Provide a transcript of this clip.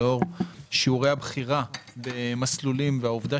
לאור שיעורי הבחירה במסלולים והעובדה